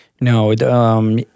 No